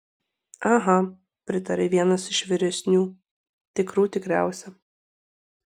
aha pritarė vienas iš vyresnių tikrų tikriausia